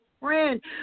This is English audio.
Friend